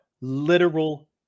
literal